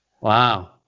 Wow